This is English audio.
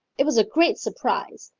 it was a great surprise.